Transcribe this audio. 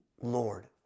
Lord